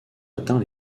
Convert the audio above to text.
atteint